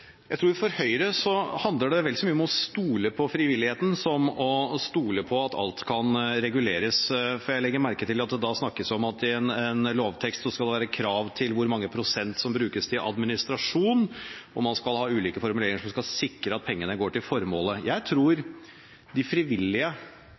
Jeg tror at for Høyre handler det vel så mye om å stole på frivilligheten som å stole på at alt kan reguleres. Jeg legger merke til at det snakkes om at i en lovtekst skal det være krav til hvor mange prosent som brukes til administrasjon, og man skal ha ulike formuleringer som skal sikre at pengene går til formålet. Jeg tror at de